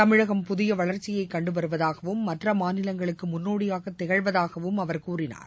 தமிழகம் புதியவளர்ச்சியைகண்டுவருவதாகவும் மற்றமாநிவங்களுக்குமுன்னோடியாகதிகழ்வதாகவும் அவர் கூறினார்